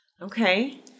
Okay